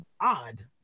odd